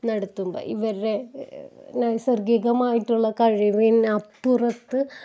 നടത്തുമ്പം ഇവരുടെ നൈസര്ഗികമായിട്ടുള്ള കഴിവിന്ന് അപ്പുറത്ത്